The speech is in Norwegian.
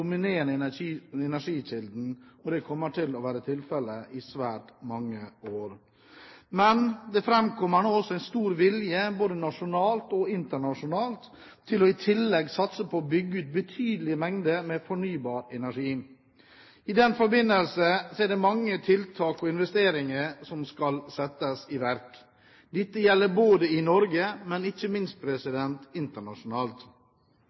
Men det framkommer nå en stor vilje, både nasjonalt og internasjonalt, til i tillegg å satse på å bygge ut betydelige mengder fornybar energi. I den forbindelse er det mange tiltak og investeringer som skal settes i verk. Dette gjelder i Norge, men ikke minst